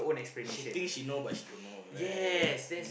she think she know but she don't know right